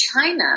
China